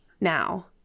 now